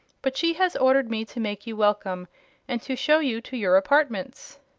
but she has ordered me to make you welcome and to show you to your apartments.